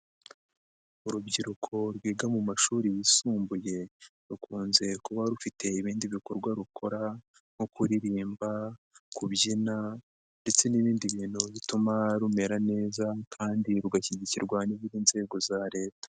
Urubyiruko rwiga mu mashuri yisumbuye rukunze kuba rufite ibindi bikorwa rukora nko kuririmba, kubyina ndetse n'ibindi bintu bituma rumera neza kandi rugashyigikirwa n'izindi nzego za Leta.